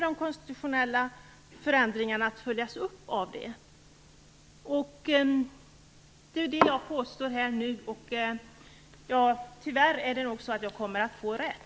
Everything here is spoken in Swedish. De konstitutionella förändringarna kommer ju då att bli en följd av detta. Tyvärr kommer jag nog att få rätt.